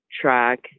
track